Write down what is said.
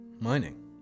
Mining